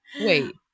Wait